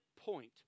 point